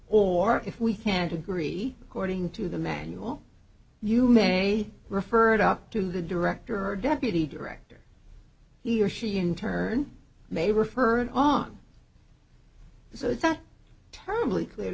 or if we can't agree cording to the manual you may refer it up to the director or deputy director he or she in turn may refer it on so that terribly clear to